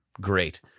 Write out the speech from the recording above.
great